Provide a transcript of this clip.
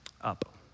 up